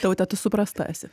taute tu suprasta esi